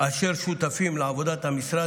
אשר שותפים בעבודת המשרד,